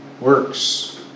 works